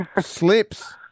Slips